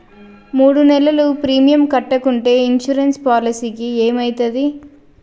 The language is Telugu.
మూడు నెలలు ప్రీమియం కట్టకుంటే ఇన్సూరెన్స్ పాలసీకి ఏమైతది?